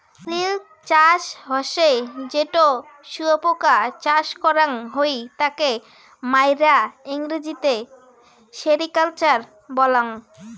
silk চাষ হসে যেটো শুয়োপোকা চাষ করাং হই তাকে মাইরা ইংরেজিতে সেরিকালচার বলাঙ্গ